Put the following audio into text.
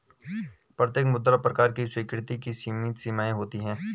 प्रत्येक मुद्रा प्रकार की स्वीकृति की सीमित सीमाएँ होती हैं